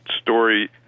story